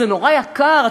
זה נורא יקר,